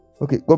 okay